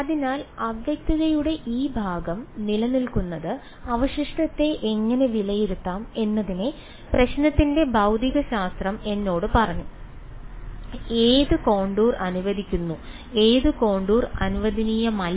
അതിനാൽ അവ്യക്തതയുടെ ആ ഭാഗം നിലനിൽക്കുന്നത് അവശിഷ്ടത്തെ എങ്ങനെ വിലയിരുത്താം എന്നതിനെ പ്രശ്നത്തിന്റെ ഭൌതികശാസ്ത്രം എന്നോട് പറയും ഏത് കോണ്ടൂർ അനുവദിച്ചിരിക്കുന്നു ഏത് കോണ്ടൂർ അനുവദനീയമല്ല